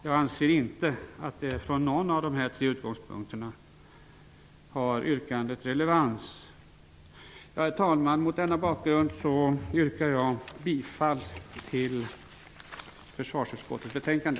Jag anser inte att yrkandet från någon av de här tre utgångspunkterna har relevans. Herr talman! Mot denna bakgrund yrkar jag bifall till hemställan i försvarsutskottets betänkande.